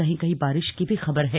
कहीं कहीं बारिश की भी खबर है